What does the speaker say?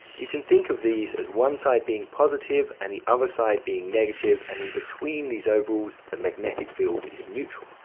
you can think of these as one side being positive, and the other side being negative, and in-between these ovals, the magnetic field is neutral.